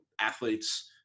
athletes